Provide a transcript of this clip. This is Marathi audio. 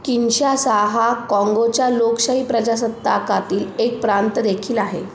किन्शासा हा काँगोच्या लोकशाही प्रजासत्ताकातील एक प्रांत देखील आहे